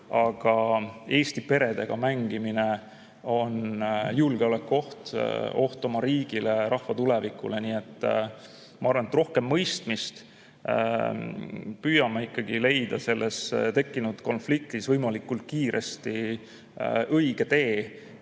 Aga Eesti peredega mängimine on julgeolekuoht, see on oht oma riigile ja rahva tulevikule. Nii et ma arvan, et rohkem mõistmist, püüame ikkagi leida selles tekkinud konfliktis võimalikult kiiresti õige tee,